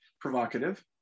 Provocative